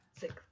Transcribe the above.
six